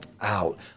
out